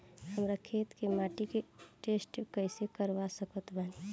हमरा खेत के माटी के टेस्ट कैसे करवा सकत बानी?